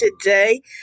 today